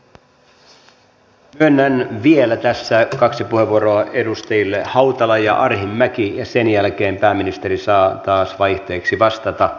myönnän tässä vielä kaksi puheenvuoroa edustajille hautala ja arhinmäki ja sen jälkeen pääministeri saa taas vaihteeksi vastata